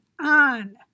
on